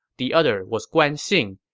the other was guan xing,